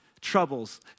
troubles